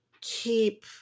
keep